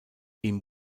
ihm